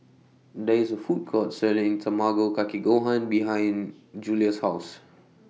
There IS A Food Court Selling Tamago Kake Gohan behind Julia's House